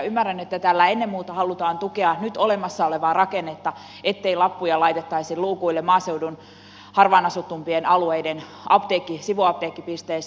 ymmärrän että tällä ennen muuta halutaan tukea nyt olemassa olevaa rakennetta ettei lappuja laitettaisi luukuille maaseudun harvaan asutumpien alueiden sivuapteekkipisteissä